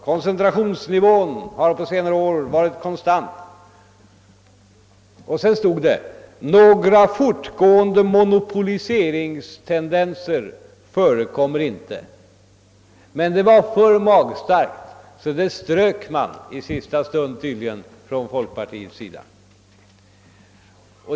Koncentrationsnivån har på senare år varit konstant.» Vidare hette det: »Några fortgående monopoliseringstendenser förekommer inte.» Men det var för magstarkt, så det strök man tydligen i sista stund från folkpartiets sida.